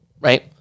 Right